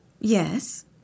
yes